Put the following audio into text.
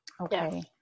Okay